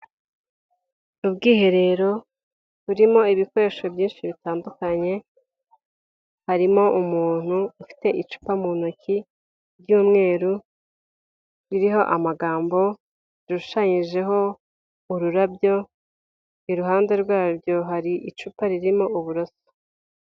Ubwiherero buririmo ibikoresho byinshi bitandukanye, harimo umuntu ufite icupa mu ntoki ry'umweru ririho amagambo rishushanyijeho ururabyo, iruhande rwabyo hari icupa ririmo uburoso.